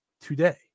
today